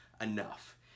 enough